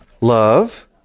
Love